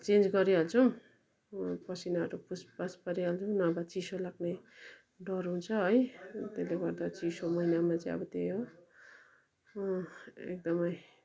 change गरिहाल्छौँ पसिनाहरू पुछपाछ गरिहाल्छौँ नभए चिसो लाग्ने डर हुन्छ है त्यसले गर्दा चिसो महिनामा चाहिँ अब त्यही हो एकदमै